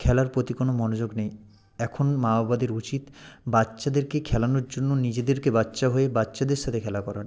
খেলার প্রতি কোনো মনোযোগ নেই এখন মা বাবাদের উচিত বাচ্চাদেরকে খেলানোর জন্য নিজেদেরকে বাচ্চা হয়ে বাচ্চাদের সাথে খেলা করান